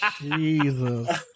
Jesus